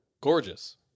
Gorgeous